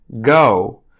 Go